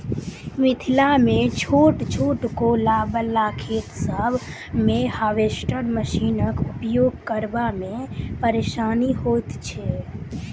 मिथिलामे छोट छोट कोला बला खेत सभ मे हार्वेस्टर मशीनक उपयोग करबा मे परेशानी होइत छै